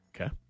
Okay